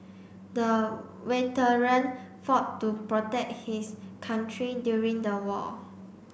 the veteran fought to protect his country during the war